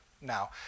now